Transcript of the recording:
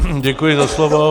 Děkuji za slovo.